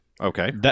Okay